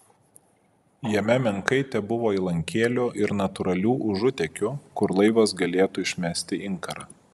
jame menkai tebuvo įlankėlių ir natūralių užutėkių kur laivas galėtų išmesti inkarą